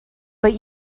but